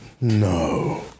No